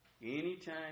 Anytime